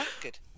good